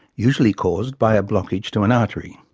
usually caused by blockage to an artery.